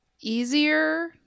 easier